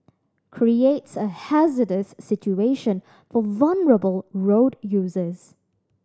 creates a hazardous situation for vulnerable road users